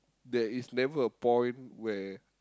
there is never a point where